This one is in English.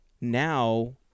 Now